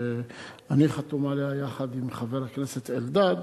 שאני חתום עליה יחד עם חבר הכנסת אלדד,